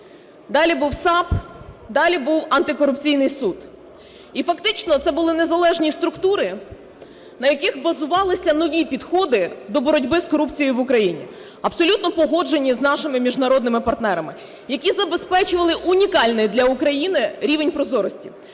далі був САП, далі був Антикорупційний суд. І фактично це були незалежні структури, на яких базувалися нові підходи до боротьби з корупцією в Україні, абсолютно погоджені з нашими міжнародними партнерами, які забезпечували унікальний для України рівень прозорості.